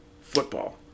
football